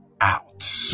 out